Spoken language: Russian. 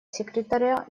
секретаря